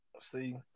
See